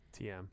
tm